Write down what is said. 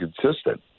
consistent